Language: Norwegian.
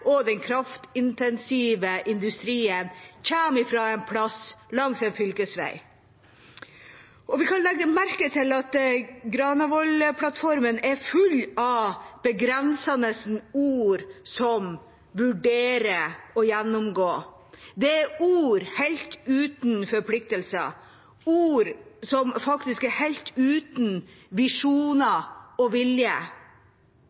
og den kraftintensive industrien kommer fra en plass langs en fylkesvei. Og vi kan legge merke til at Granavolden-plattformen er full av begrensende ord, som «vurdere» og «gjennomgå». Det er ord helt uten forpliktelser, ord som faktisk er helt uten